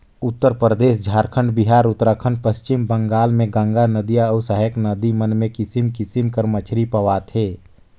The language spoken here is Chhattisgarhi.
उत्तरपरदेस, झारखंड, बिहार, उत्तराखंड, पच्छिम बंगाल में गंगा नदिया अउ सहाएक नदी मन में किसिम किसिम कर मछरी पवाथे